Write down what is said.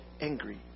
angry